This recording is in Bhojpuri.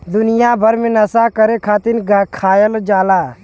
दुनिया भर मे नसा करे खातिर खायल जाला